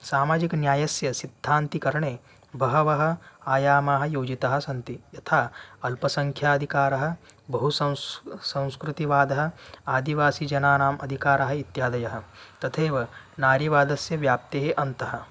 सामाजिकन्यायस्य सिद्धान्तिकरणे बहवः आयामाः योजिताः सन्ति यथा अल्पसङ्ख्याधिकारः बहु संस् संस्कृतिवादः आदिवासीजनानाम् अधिकारः इत्यादयः तथैव नारिवादस्य व्याप्तेः अन्तः